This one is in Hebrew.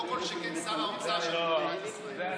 כל שכן שר האוצר של מדינת ישראל.